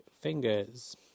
fingers